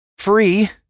Free